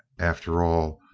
after all,